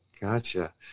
Gotcha